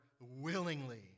willingly